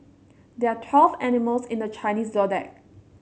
there are twelve animals in the Chinese Zodiac